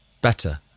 Better